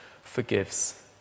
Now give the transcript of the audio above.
forgives